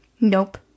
Nope